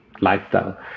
lifestyle